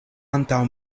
antaŭ